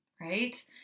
Right